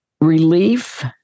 relief